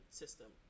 system